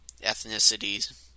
ethnicities